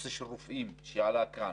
נושא של רופאים שעלה כאן,